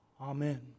Amen